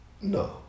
No